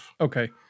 Okay